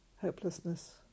hopelessness